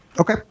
Okay